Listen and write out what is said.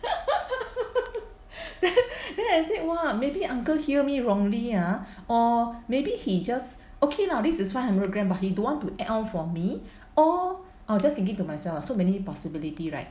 then I said !wah! maybe uncle hear me wrongly ah or maybe he just okay lah this is five hundred gram but he don't want to add on for me or I was just thinking to myself so many possibility right